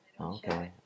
Okay